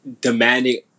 demanding